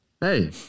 hey